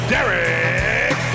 Derek